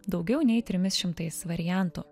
daugiau nei trimis šimtais variantų